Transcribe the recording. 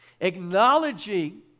Acknowledging